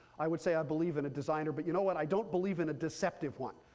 i would say i believe in a designer, but you know what? i don't believe in a deceptive one.